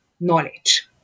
knowledge